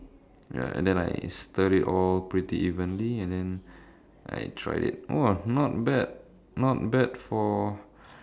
ya and then I spread it all pretty evenly and then I tried it !wah! not bad not bad for